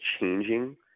changing